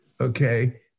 okay